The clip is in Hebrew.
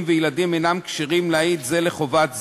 וילדים אינם כשרים להעיד זה לחובת זה,